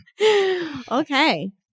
Okay